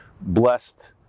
blessed